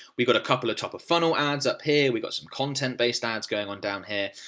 we've got a couple of topper funnel ads up here, we've got some content based ads going on down here.